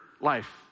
life